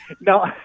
No